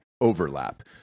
overlap